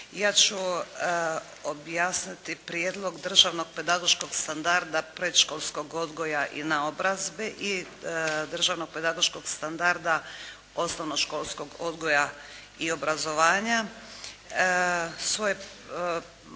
Ja ću objasniti Prijedlog državnog pedagoškog standarda predškolskog odgoja i naobrazbe i državnog pedagoškog standarda osnovnoškolskog odgoja i obrazovanja.